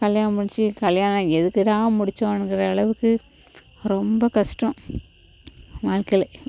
கல்யாணம் முடிஞ்சு கல்யாணம் எதுக்குடா முடித்தோங்கிற அளவுக்கு ரொம்ப கஷ்டம் வாழ்க்கைல